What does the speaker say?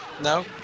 No